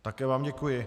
Také vám děkuji.